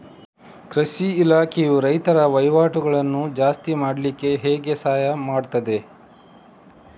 ಕೃಷಿ ಇಲಾಖೆಯು ರೈತರ ವಹಿವಾಟುಗಳನ್ನು ಜಾಸ್ತಿ ಮಾಡ್ಲಿಕ್ಕೆ ಹೇಗೆ ಸಹಾಯ ಮಾಡ್ತದೆ?